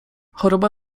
choroba